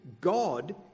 God